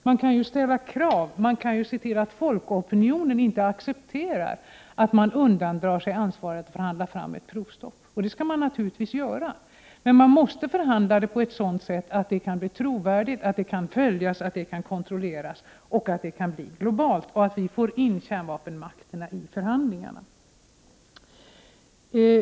Man kan ställa krav, man kan se till att folkopinionen inte accepterar att någon undandrar sig ansvaret att förhandla fram ett provstopp. Det kan man naturligtvis göra, men arbetet på ett provstopp måste då ske på ett sådant sätt att det kan bli trovärdigt, att det kan följas upp, att det kan kontrolleras och att det kan bli globalt så att vi får in kärnvapenmakterna i förhandlingarna.